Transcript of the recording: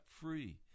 free